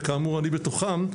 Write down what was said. וכאמור אני בתוכם,